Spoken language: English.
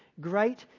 great